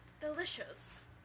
delicious